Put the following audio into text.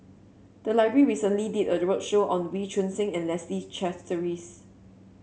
the library recently did a roadshow on Wee Choon Seng and Leslie Charteris